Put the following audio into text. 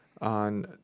on